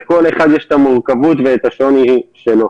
לכל אחד יש את המורכבות ואת השונות שלו.